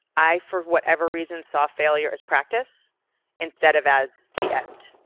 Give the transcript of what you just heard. i, for whatever reason, saw failure as practice instead of as the end,